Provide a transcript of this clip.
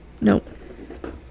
Nope